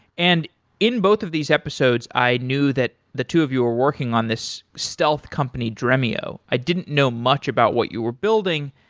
and in both of these episodes i knew that the two of you were working on this stealth company dremio. i didn't know much about what you were building.